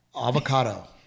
Avocado